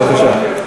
בבקשה.